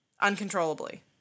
uncontrollably